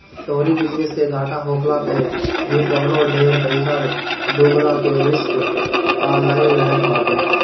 तोहरी बिजनेस के घाटा होखला पअ भी कवनो ढेर पईसा डूबला के रिस्क तअ नाइ रहत बाटे